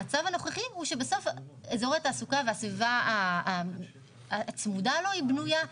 המצב הנוכחי הוא שאזורי התעסוקה והסביבה הצמודה לו היא בנויה.